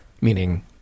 meaning